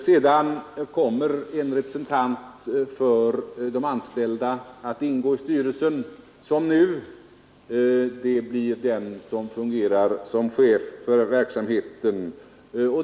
Vidare kommer en representant för de anställda att ingå i styrelsen — som nu — och det blir den som fungerar som chef för verksamheten.